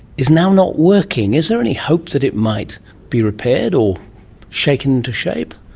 is now not working. is there any hope that it might be repaired or shaken into shape?